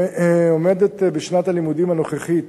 היא עומדת בשנת הלימודים הנוכחית